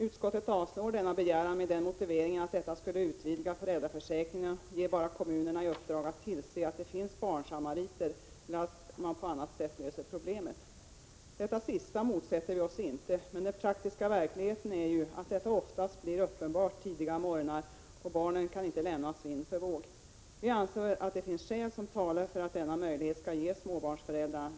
Utskottet avstyrker denna begäran med motiveringen att detta skulle utvidga föräldraförsäkringen, och vill bara ge kommunerna i uppdrag att tillse att det finns barnsamariter eller att man på annat sätt löser problemet. Detta sistnämnda motsätter vi oss inte, men den praktiska verkligheten är ju att den här situationen oftast blir uppenbar tidiga morgnar — och barnen kan inte lämnas vind för våg. Vi anser att det finns skäl som talar för att denna möjlighet skall ges småbarnsföräldrarna.